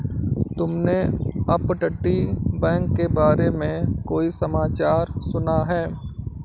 तुमने अपतटीय बैंक के बारे में कोई समाचार सुना है?